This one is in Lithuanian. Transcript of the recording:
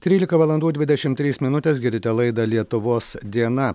trylika valandų dvidešim trys minutės girdite laidą lietuvos diena